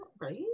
Right